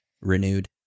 renewed